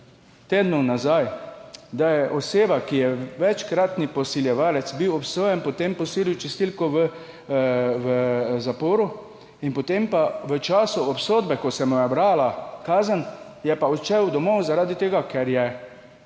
tednov nazaj, da je oseba, ki je večkratni posiljevalec, bila obsojena, potem posilila čistilko v zaporu in potem je v času obsodbe, ko se mu je brala kazen, pa odšel domov, zaradi tega ker je